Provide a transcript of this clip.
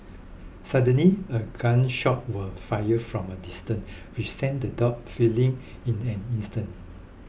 suddenly a gun shot were fired from a distance which sent the dogs fleeing in an instant